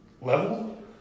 level